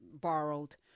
borrowed